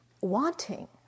wanting